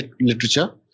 Literature